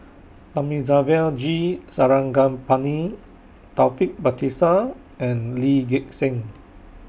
Thamizhavel G Sarangapani Taufik Batisah and Lee Gek Seng